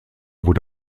wurde